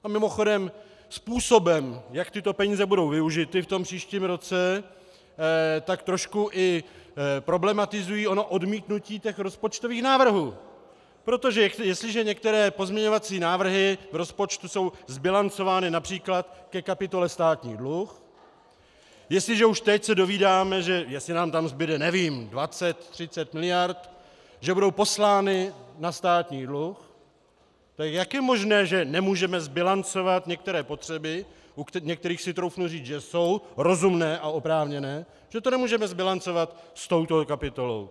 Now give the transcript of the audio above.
A mimochodem způsobem, jak tyto peníze budou využity v tom příštím roce, tak trošku i problematizují ono odmítnutí rozpočtových návrhů, protože jestliže některé pozměňovací návrhy v rozpočtu jsou zbilancovány např. ke kapitole státní dluh, jestliže už teď se dovídáme, že jestli nám tam zbude, nevím, dvacet, třicet miliard, budou poslány na státní dluh, tak jak je možné, že nemůžeme zbilancovat některé potřeby, u kterých si troufnu říct, že jsou rozumné a oprávněné, že to nemůžeme zbilancovat s touto kapitolou.